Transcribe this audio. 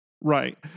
Right